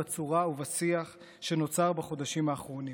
בצורה ובשיח שנוצר בחודשים האחרונים.